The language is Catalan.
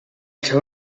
seu